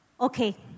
okay